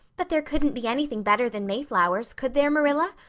but there couldn't be anything better than mayflowers, could there, marilla?